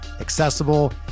accessible